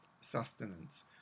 sustenance